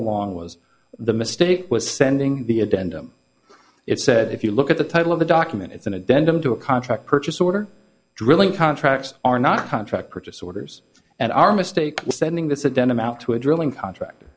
along was the mistake was sending the addendum it said if you look at the title of the document it's an addendum to a contract purchase order drilling contracts are not contract purchase orders and are mistake sending the said denham out to a drilling contract